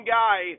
guy